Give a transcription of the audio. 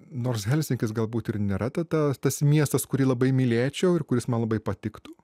nors helsinkis galbūt ir nėra ta ta tas tas miestas kurį labai mylėčiau ir kuris man labai patiktų